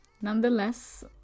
nonetheless